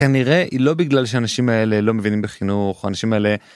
כנראה היא לא בגלל שאנשים האלה לא מבינים בחינוך, האנשים האלה